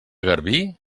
garbí